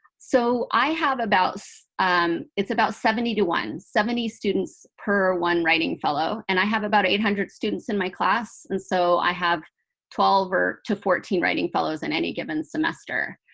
so i have about it's about seventy to one, seventy students per one writing fellow. and i have about eight hundred students in my class. and so i have twelve or to fourteen writing fellows in any given semester.